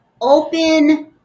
open